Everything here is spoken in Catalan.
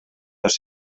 dos